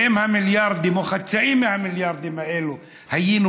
ואם את המיליארדים או חצאים מהמיליארדים האלה היינו